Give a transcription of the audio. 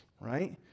right